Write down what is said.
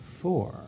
four